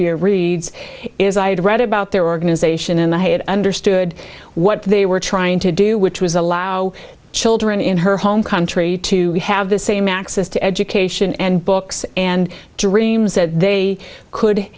ethiopia reads is i had read about their organization and i had understood what they were trying to do which was allow children in her home country to have the same access to education and books and dreams that they could